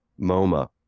MoMA